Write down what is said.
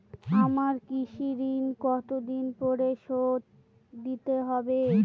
আমার কৃষিঋণ কতদিন পরে শোধ দিতে হবে?